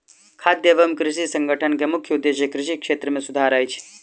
खाद्य एवं कृषि संगठन के मुख्य उदेश्य कृषि क्षेत्र मे सुधार अछि